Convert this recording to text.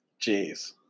Jeez